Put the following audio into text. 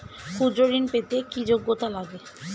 ক্ষুদ্র ঋণ পেতে কি যোগ্যতা লাগে?